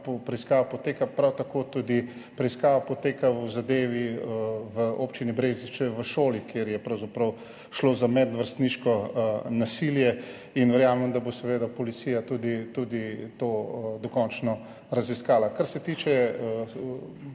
preiskava poteka. Prav tako preiskava poteka tudi v zadevi v občini Brežice v šoli, kjer je pravzaprav šlo za medvrstniško nasilje in verjamem, da bo seveda policija tudi to dokončno raziskala. Kar se tiče